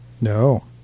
No